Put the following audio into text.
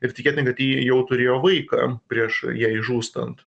ir tikėtina kad ji jau turėjo vaiką prieš jai žūstant